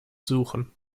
suchen